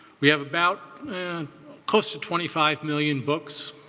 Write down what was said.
we have about close to twenty five million books.